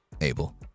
abel